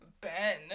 Ben